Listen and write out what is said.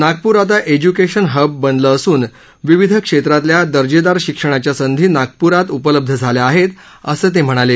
नागपूर आता education hub बनलं असून विविध क्षेत्रातल्या दर्जेदार शिक्षणाच्या संधी नागपूरात उपलब्ध झाल्या आहेत असं ते यावेळी म्हणाले